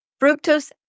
Fructose